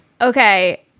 Okay